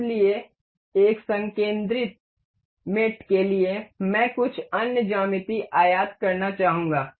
इसलिए एक संकिंद्रिक मेट के लिए मैं कुछ अन्य ज्यामिति आयात करना चाहूंगा